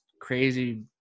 crazy